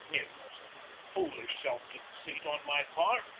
it was a foolish self-deceit on my part,